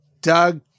Doug